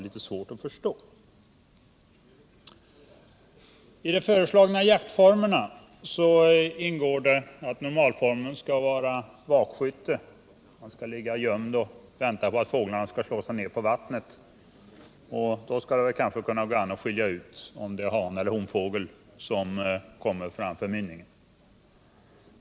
Några olika jaktformer har föreslagits. Normalformen skall vara vakskytte, dvs. jägaren skall ligga gömd och vänta på att fåglarna skall slå sig ned på vattnet. Då skall det kanske gå att skilja ut om det är haneller honfågel som kommer framför mynningen.